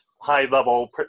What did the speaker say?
high-level